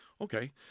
okay